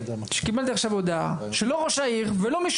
שקיבלתי עכשיו הודעה שלא ראש העיר ולא מישהו